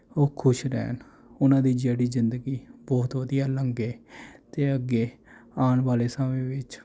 ਉਹ ਖੁਸ਼ ਰਹਿਣ ਉਨ੍ਹਾਂ ਦੀ ਜਿਹੜੀ ਜ਼ਿੰਦਗੀ ਬਹੁਤ ਵਧੀਆ ਲੰਘੇ ਅਤੇ ਅੱਗੇ ਆਉਣ ਵਾਲੇ ਸਮੇਂ ਵਿੱਚ